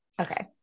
okay